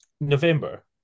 November